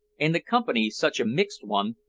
and the company such a mixed one,